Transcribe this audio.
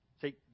See